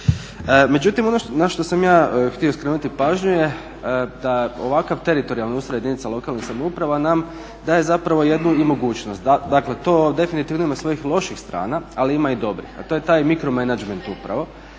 Međutim na što sam htio skrenuti pažnju je da je ovakav teritorijalni ustroj jedinica lokalne samouprava nam daje jednu i mogućnost, dakle to definitivno ima svojih loših strana ali ima i dobrih, a to je taj mikro menadžment upravo